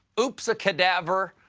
oops-a-cadaver,